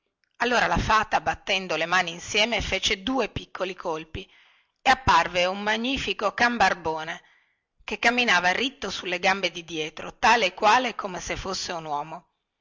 allora la fata battendo le mani insieme fece due piccoli colpi e apparve un magnifico can barbone che camminava ritto sulle gambe di dietro tale e quale come se fosse un uomo